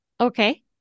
Okay